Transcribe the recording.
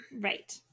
Right